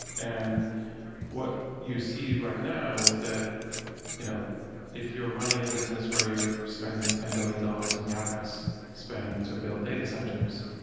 and what you see right now is that you know if you're running a business where you're spending ten billion dollars in capex spend to build data centers,